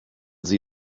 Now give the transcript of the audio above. sie